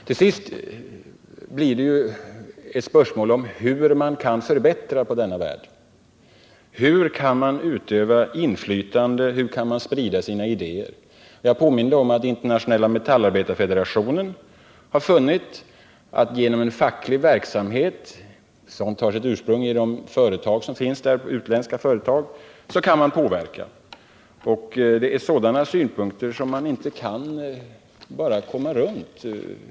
Det hela blir till sist en fråga om hur man kan åstadkomma förbättringar i denna värld, hur man kan utöva inflytande och sprida sina idéer. I ett tidigare anförande påminde jag om att Internationella metallarbetarfederationen hade funnit att man genom facklig verksamhet, med ursprung i de utländska företag som finns i Sydafrika, kunde utöva påverkan. Det är synpunkter som man inte kan komma runt.